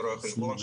לרואי חשבון,